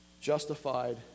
justified